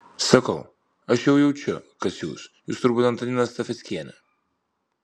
sakau aš jau jaučiu kas jūs jūs turbūt antanina stafeckienė